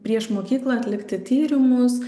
prieš mokyklą atlikti tyrimus